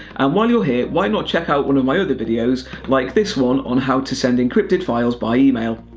and while you're here, why not check out one of my other videos, like this one on how to send encrypted files by email.